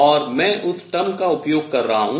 और मैं उस term पद का उपयोग कर रहा हूँ